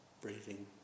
breathing